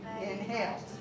Inhale